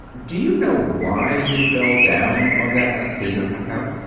do you know why you fell down on that athena account?